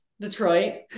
Detroit